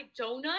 donut